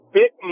bit